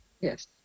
Yes